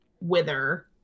wither